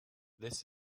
this